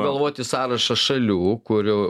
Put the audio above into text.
galvoti sąrašą šalių kurių